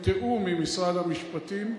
בתיאום עם משרד המשפטים,